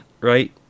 right